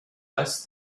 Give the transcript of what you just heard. less